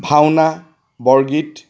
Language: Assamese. ভাওনা বৰগীত